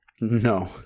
No